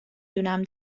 دونم